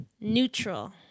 Neutral